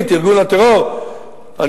כשארגון הטרור הזה החליט,